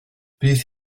bydd